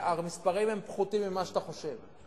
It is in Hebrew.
המספרים הם פחותים ממה שאתה חושב,